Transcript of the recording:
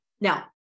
Now